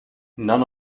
none